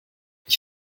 ich